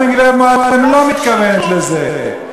גם אם גברת מועלם לא מתכוונת לזה.